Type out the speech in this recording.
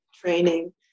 training